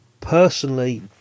Personally